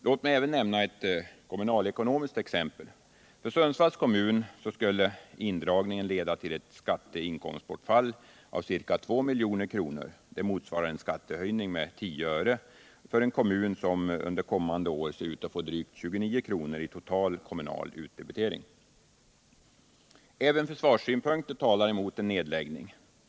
Låt mig även nämna ett kommunalekonomiskt exempel: För Sundsvalls kommun skulle indragningen leda till skatteinkomstbortfall av ca 2 milj.kr., motsvarande en skattehöjning med tio öre för en kommun som 1978 synes få drygt 29 kr. i total kommunal utdebitering. Även försvarssynpunkter talar emot en nedläggning.